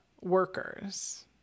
workers